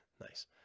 Nice